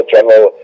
General